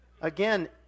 Again